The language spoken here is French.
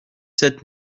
sept